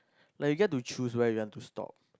like you got to choose where you want to stop